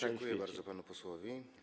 Dziękuję bardzo panu posłowi.